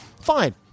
Fine